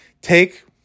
take